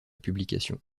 publication